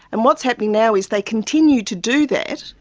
and what's happening now is they continue to do that,